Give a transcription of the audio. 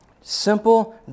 Simple